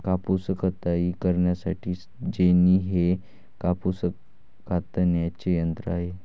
कापूस कताई करण्यासाठी जेनी हे कापूस कातण्याचे यंत्र आहे